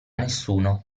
nessuno